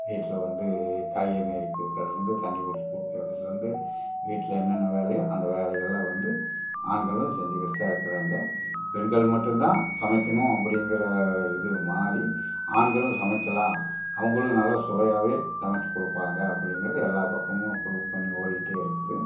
வீட்டில் வந்து காய்கறி நறுக்கி கொடுக்குறதுலேர்ந்து தண்ணி பிடிச்சி கொடுக்குறதுலேர்ந்து வீட்டில் என்னென்ன வேலையோ அந்த வேலைகள்லாம் வந்து ஆண்களும் செஞ்சுக்கிட்டுதான் இருக்கிறாங்க பெண்கள் மட்டுந்தான் சமைக்கணும் அப்படிங்கிற இது மாறி ஆண்களும் சமைக்கலாம் அவங்களும் நல்ல சுவையாகவே சமைத்து கொடுப்பாங்க அப்படிங்கிறது எல்லா பக்கமும் ப்ரூஃப் பண்ணி ஓடிட்டே இருக்குது